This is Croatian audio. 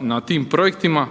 na tim projektima